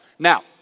Now